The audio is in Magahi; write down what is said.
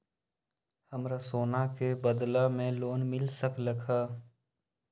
हमरा सोना के बदला में लोन मिल सकलक ह?